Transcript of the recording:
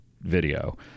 video